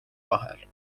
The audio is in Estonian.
vahel